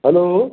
hello